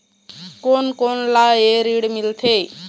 कोन कोन ला ये ऋण मिलथे?